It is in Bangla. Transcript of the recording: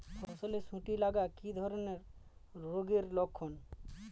ফসলে শুটি লাগা কি ধরনের রোগের লক্ষণ?